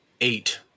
eight –